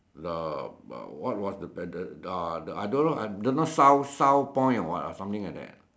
the the what was the better uh I don't know I don't know South South point or what ah something like that